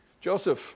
Joseph